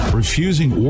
refusing